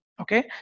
Okay